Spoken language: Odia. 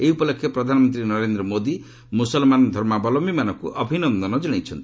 ଏହି ଉପଲକ୍ଷେ ପ୍ରଧାନମନ୍ତ୍ରୀ ନରେନ୍ଦ୍ର ମୋଦି ମୁସଲମାନ ଭାଇଭଉଣୀମାନଙ୍କୁ ଅଭିନନ୍ଦନ ଜଣାଇଛନ୍ତି